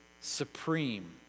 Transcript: supreme